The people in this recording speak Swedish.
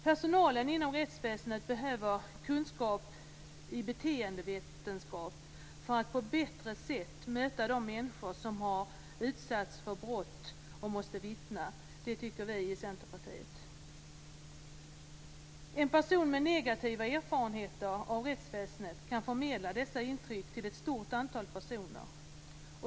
Personalen inom rättsväsendet behöver kunskap i beteendevetenskap för att på bättre sätt möta de människor som har utsatts för brott och måste vittna, det tycker vi i Centerpartiet. En person med negativa erfarenheter av rättsväsendet kan förmedla dessa intryck till ett stort antal personer.